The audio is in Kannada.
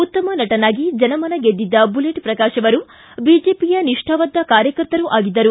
ಉತ್ತಮ ನಟನಾಗಿ ಜನಮನ ಗೆದ್ದಿದ್ದ ಬುಲೆಟ್ ಪ್ರಕಾಶ್ ಅವರು ಬಿಜೆಪಿಯ ನಿಷ್ಠಾವಂತ ಕಾರ್ಯಕರ್ತರೂ ಆಗಿದ್ದರು